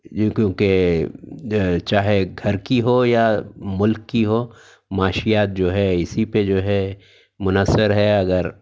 یوں کیونکہ چاہے گھر کی ہو یا ملک کی ہو معاشیات جو ہے اسی پہ جو ہے منحصر ہے اگر